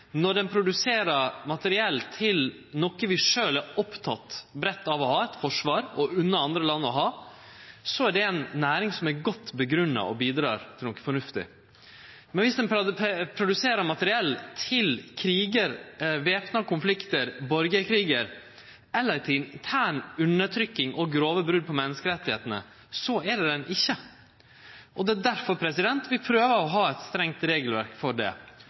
når han produserer materiell til noko vi sjølve breitt er opptekne av å ha – eit forsvar – og som vi unner andre land å ha, så er det ei næring som er godt grunngjeve og som bidreg til noko fornuftig. Men viss ein produserer materiell til krigar, væpna konfliktar, borgarkrigar eller til intern undertrykking og grove brot på menneskerettane, er den ikkje det. Det er difor vi prøver å ha eit strengt regelverk for